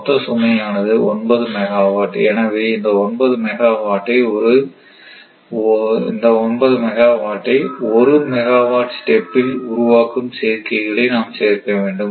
மொத்த சுமையானது 9 மெகாவாட் எனவே இந்த ஒன்பது மெகாவாட் ஐ ஒரு மெகாவாட் ஸ்டெப் ல் உருவாக்கும் சேர்க்கைகளை நாம் சேர்க்க வேண்டும்